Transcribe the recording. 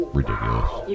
ridiculous